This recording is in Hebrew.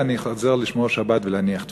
אני חוזר לשמור שבת ולהניח תפילין.